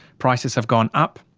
prices have gone up.